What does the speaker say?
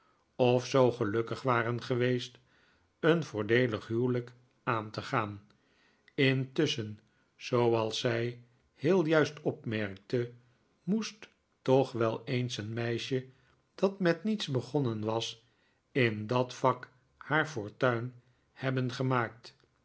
zoo gelukkig waren geweest een voordeelig huwelijk aan te gaan intusschen zooals zij heel juist opmerkte m o e s t toch wel eens een meisje dat met niets begonnen was in dat vak haar fortuin hebben gemaakt